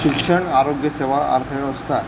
शिक्षण आरोग्य सेवा अर्थव्यवस्था